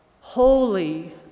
holy